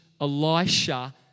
Elisha